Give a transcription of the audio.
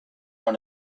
dans